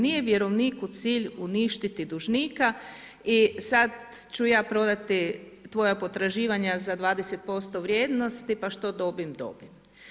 Nije vjerovniku cilj uništiti dužnika i sad ću ja prodati tvoja potraživanja za 20% vrijednosti, pa što dobim, dobim.